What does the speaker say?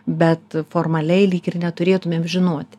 bet formaliai lyg ir neturėtumėm žinoti